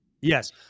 Yes